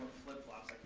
flip flops,